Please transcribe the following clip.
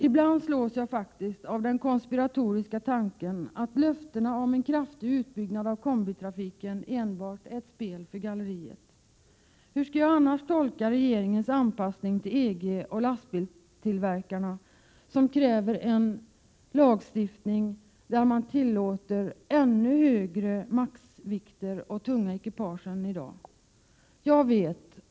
Ibland slås jag faktiskt av den konspiratoriska tanken att löftena om en kraftig utbyggnad av kombitrafiken enbart är ett spel för galleriet. Hur skall jag annars tolka regeringens anpassning till EG och lastbilstillverkarnas krav på en lagstiftning som tillåter ännu högre maxvikter för de tunga ekipagen än i dag?